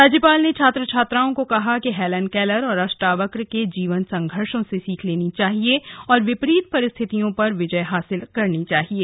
राज्यपाल ने छात्र छात्राओं को कहा कि हेलन केलर और अष्टावक्र के जीवन संघर्षों से सीख लेनी चाहिये और विपरीत परिस्थितियों पर विजय हासिल करनी चाहिये